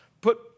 put